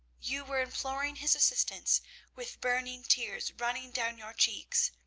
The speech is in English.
you were imploring his assistance with burning tears running down your cheeks.